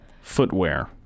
Footwear